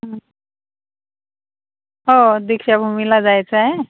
हं हो दीक्षाभूमीला जायचं आहे